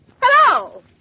Hello